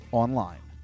online